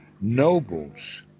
Nobles